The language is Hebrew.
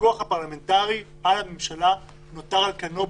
הפיקוח הפרלמנטרי נותר על כנו,